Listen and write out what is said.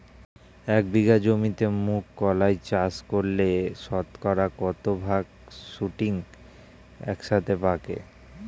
এক বিঘা জমিতে মুঘ কলাই চাষ করলে শতকরা কত ভাগ শুটিং একসাথে পাকে?